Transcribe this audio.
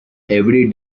every